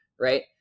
right